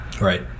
right